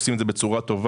עושים את זה בצורה טובה,